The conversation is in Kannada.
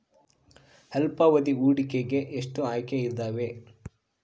ಅಲ್ಪಾವಧಿ ಹೂಡಿಕೆಗೆ ಎಷ್ಟು ಆಯ್ಕೆ ಇದಾವೇ?